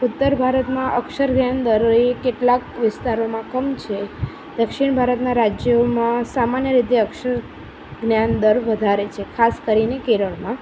ઉત્તર ભારતમાં અક્ષર જ્ઞાન દરેક કેટલાક વિસ્તારોમાં કમ છે દક્ષિણ ભારતના રાજ્યોમાં સામાન્ય રીતે અક્ષર જ્ઞાન દર વધારે છે ખાસ કરીને કેરળમાં